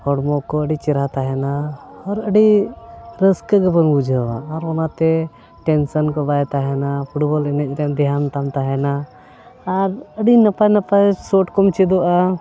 ᱦᱚᱲᱢᱚ ᱠᱚ ᱟᱹᱰᱤ ᱪᱮᱨᱦᱟ ᱛᱟᱦᱮᱱᱟ ᱟᱨ ᱟᱹᱰᱤ ᱨᱟᱹᱥᱠᱟᱹ ᱜᱮᱵᱚᱱ ᱵᱩᱡᱷᱟᱹᱣᱟ ᱟᱨ ᱚᱱᱟᱛᱮ ᱴᱮᱱᱥᱮᱱ ᱠᱚ ᱵᱟᱭ ᱛᱟᱦᱮᱱᱟ ᱯᱷᱩᱴᱵᱚᱞ ᱮᱱᱮᱡ ᱨᱮ ᱫᱷᱮᱭᱟᱱ ᱛᱟᱢ ᱛᱟᱦᱮᱱᱟ ᱟᱨ ᱟᱹᱰᱤ ᱱᱟᱯᱟᱭ ᱱᱟᱯᱟᱭ ᱥᱳᱴ ᱠᱚᱢ ᱪᱮᱫᱚᱜᱼᱟ